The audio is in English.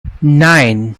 nine